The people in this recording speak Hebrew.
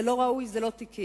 זה לא ראוי, זה לא תקין.